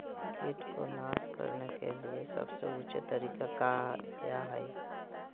किट को नास करने के लिए सबसे ऊंचे तरीका काया है?